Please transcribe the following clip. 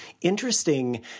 interesting